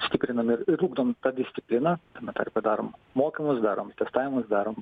stiprinam ir ir ugdom tą discipliną tame tarpe darom mokymus darom testavimus darom